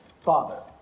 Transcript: father